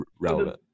relevant